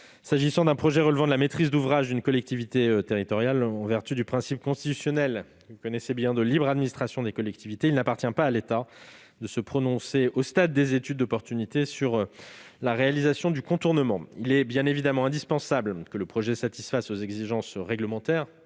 S'agissant d'un projet relevant de la maîtrise d'ouvrage d'une collectivité territoriale, en vertu du principe constitutionnel de libre administration des collectivités locales, il n'appartient pas à l'État de se prononcer, au stade des études d'opportunité, sur la réalisation du contournement. Il est bien évidemment indispensable que le projet satisfasse aux exigences réglementaires